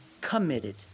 committed